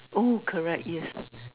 oh correct yes